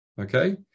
Okay